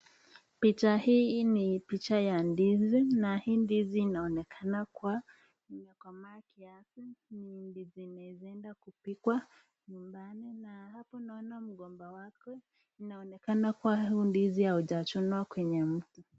Picha hii ni picha ya ndizi, na hii ndizi inaonekana kuwa imekomaa kiasi ,ni ndizi inaeza enda kupikwa nyumbani ,na hapa naona mgomba wake inaonekana huu ndizi haujachunwa kwenye mti.